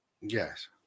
Yes